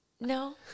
no